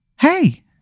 hey